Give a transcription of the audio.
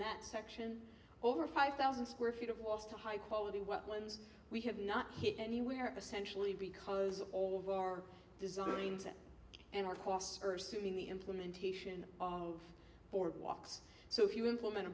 that section over five thousand square feet of was the high quality ones we have not hit anywhere essentially because all of our designed and our costs are sitting the implementation of boardwalks so if you implement a